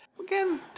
Again